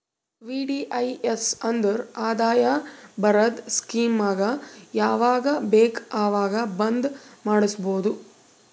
VDIS ಅಂದುರ್ ಆದಾಯ ಬರದ್ ಸ್ಕೀಮಗ ಯಾವಾಗ ಬೇಕ ಅವಾಗ್ ಬಂದ್ ಮಾಡುಸ್ಬೋದು